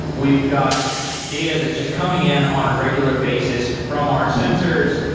we've got data that's just coming in on a regular basis from our sensors,